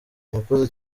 murakoze